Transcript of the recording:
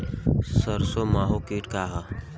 सरसो माहु किट का ह?